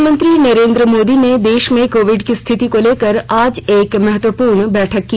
प्रधानमंत्री नरेन्द्र मोदी ने देश में कोविड की स्थिति को लेकर आज एक महत्वपूर्ण बैठक की